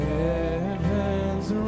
heavens